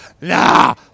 Nah